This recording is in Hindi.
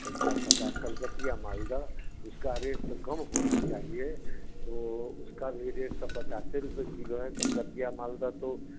क्या कहते कलकतिया मालदा उसका रेट तो कम होना चाहिए तो उसका भी रेट तो पचास रुपये किलो है कलकतिया मालदा तो